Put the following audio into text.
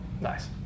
Nice